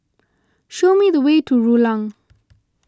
show me the way to Rulang